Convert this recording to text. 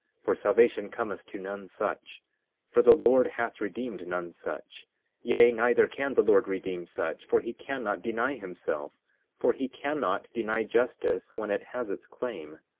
for salvation cometh to none such for the lord hath redeemed none such yea, neither can the lord redeem such for he cannot deny himself for he cannot deny justice when it has its claim.